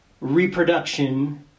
reproduction